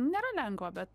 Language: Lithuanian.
nėra lengva bet